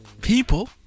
people